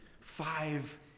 five